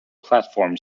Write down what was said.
platform